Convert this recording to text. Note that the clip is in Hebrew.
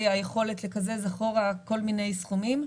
היכולת לקזז אחורה כל מיני סכומים,